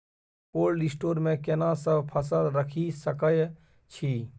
Cold store मे केना सब फसल रखि सकय छी?